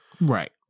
Right